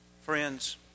Friends